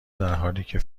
درحالیکه